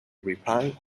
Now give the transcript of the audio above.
reply